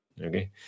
Okay